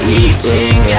eating